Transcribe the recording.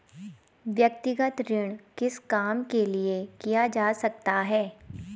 व्यक्तिगत ऋण किस काम के लिए किया जा सकता है?